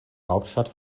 hauptstadt